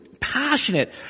passionate